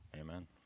Amen